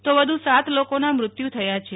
તો વધુ સાત લોકોના મૃત્યુ થયા છે